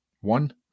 one